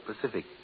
Pacific